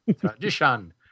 Tradition